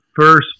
first